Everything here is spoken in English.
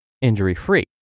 injury-free